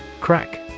Crack